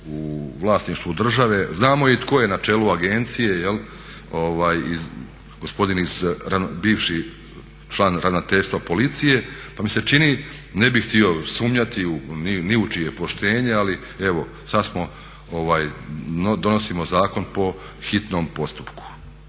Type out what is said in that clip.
u vlasništvu države. Znamo i tko je na čelu agencije, gospodin bivši član Ravnateljstva policije pa mi se čini, ne bih htio sumnjati ni u čije poštenje ali evo sad donosimo zakon po hitnom postupku.